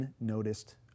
unnoticed